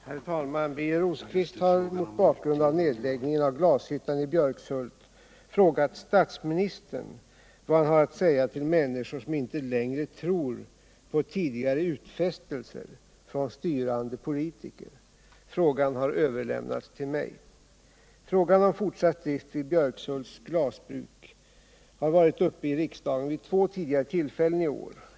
Herr talman! Birger Rosqvist har, mot bakgrund av nedläggningen av glashyttan i Björkshult, frågat statsministern vad han har att säga till människor som inte längre tror på tidigare utfästelser från styrande politiker. Frågan har överlämnats till mig. Frågan om fortsatt drift vid Björkshults glasbruk har varit uppe i riksdagen vid två tidigare tillfällen i år.